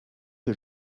que